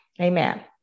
Amen